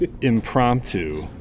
Impromptu